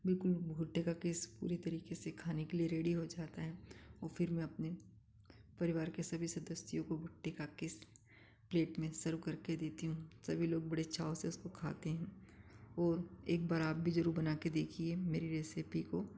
बिलकुल भुट्टे का किस पूरी तरीके से खाने के लिए रेडी हो जाता है और फ़िर मैं अपने परिवार के सभी सदस्यों को भुट्टे का किस प्लेट में सर्व करके देती हूँ सभी लोग बड़े चाव से उसको खाते हैं वह एक बार आप भी ज़रूर बना के देखिए मेरी रेसिपी को